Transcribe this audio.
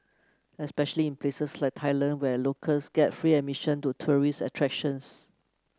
especially in places like Thailand where locals get free admission to tourist attractions